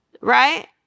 right